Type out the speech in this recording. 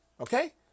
Okay